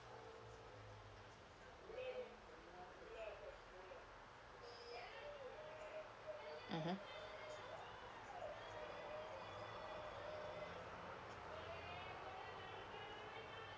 mmhmm